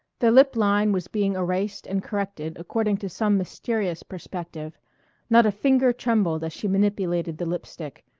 the lip line was being erased and corrected according to some mysterious perspective not a finger trembled as she manipulated the lip-stick,